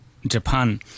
Japan